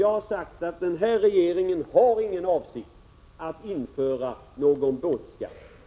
Jag har sagt att den här regeringen inte har någon avsikt att införa någon båtskatt.